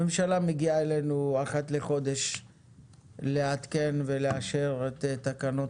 הממשלה מגיעה אלינו אחת לחודש לעדכן ולאשר את תקנות